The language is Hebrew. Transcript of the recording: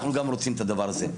אנחנו גם רוצים את הדבר הזה,